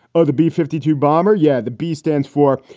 oh, the b fifty two bomber. yeah. the b stands for.